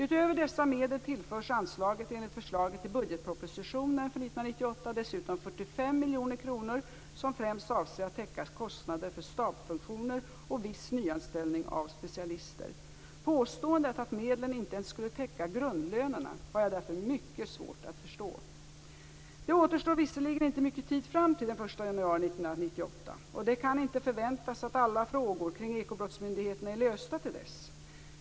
Utöver dessa medel tillförs anslaget enligt förslaget i budgetpropositionen för 1998 dessutom 45 miljoner kronor som främst avser att täcka kostnaderna för stabsfunktioner och viss nyanställning av specialister. Påståendet att medlen inte ens skulle täcka grundlönerna har jag därför mycket svårt att förstå. Det återstår visserligen inte mycket tid fram till den 1 januari 1998. Det kan inte förväntas att alla frågor kring Ekobrottsmyndigheten är lösta till dess.